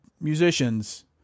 musicians